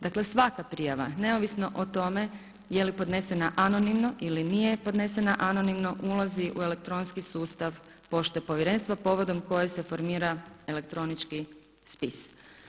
Dakle, svaka prijava neovisno o tome je li podnesena anonimno ili nije podnesena anonimno ulazi u elektronski sustav pošte Povjerenstva povodom koje se formira elektronički spis.